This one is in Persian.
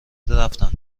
رفتند